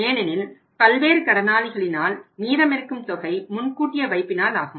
ஏனெனில் பல்வேறு கடனாளிகளினால் மீதமிருக்கும் தொகை முன்கூட்டிய வைப்பினால் ஆகும்